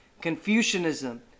Confucianism